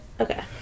Okay